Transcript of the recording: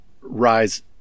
rise